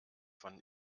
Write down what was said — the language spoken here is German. von